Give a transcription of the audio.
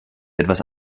etwas